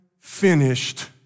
finished